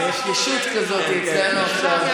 יש שלישית כזאת אצלנו עכשיו.